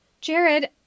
Jared